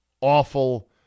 awful